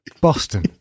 Boston